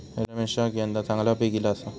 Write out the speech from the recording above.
रमेशका यंदा चांगला पीक ईला आसा